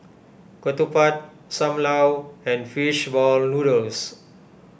Ketupat Sam Lau and Fish Ball Noodles